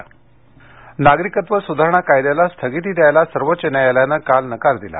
नागरिकत्व नागरिकत्व सुधारणा कायद्याला स्थगिती द्यायला सर्वोच्च न्यायालयानं काल नकार दिला